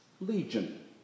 Legion